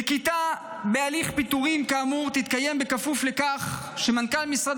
נקיטת הליך פיטורים כאמור תתקיים בכפוף לכך שמנכ"ל משרד